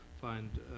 find